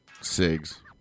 Cigs